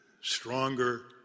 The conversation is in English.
stronger